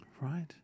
Right